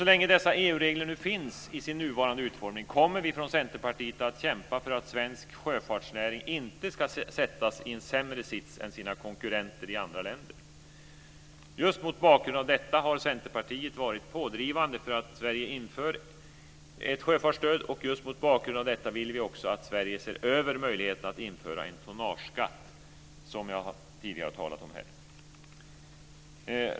Så länge dessa EU-regler finns i sin nuvarande utformning kommer vi från Centerpartiet att kämpa för att svensk sjöfartsnäring inte ska sättas i en sämre sits än sina konkurrenter i andra länder. Just mot bakgrund av detta har Centerpartiet varit pådrivande för att Sverige inför ett sjöfartsstöd, och just mot bakgrund av detta vill vi också att Sverige ser över möjligheterna att införa en tonnageskatt, som jag tidigare har talat om här.